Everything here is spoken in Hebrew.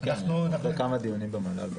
הקדשנו לזה כמה דיונים במינהל.